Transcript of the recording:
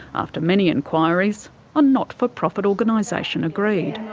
after many enquiries a not-for-profit organisation agreed.